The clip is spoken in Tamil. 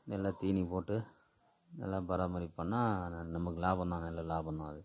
நல்லா தீனி போட்டு நல்லா பராமரிப்பு பண்ணிணா நமக்கு லாபம் தான் நல்ல லாபம் தான் அது